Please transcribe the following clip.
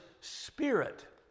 spirit